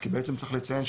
כי בעצם צריך לציין,